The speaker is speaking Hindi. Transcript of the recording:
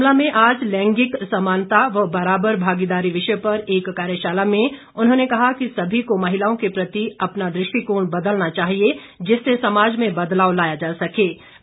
शिमला में आज लैंगिक समानता व बराबर भागीदारी विषय पर एक कार्यशाला में उन्होंने कहा कि सभी को महिलाओं के प्रति अपना दृष्टिकोण बदलना चाहिए जिससे समाज में बदलाव लाया जा सकता है